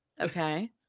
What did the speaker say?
Okay